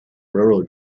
railroad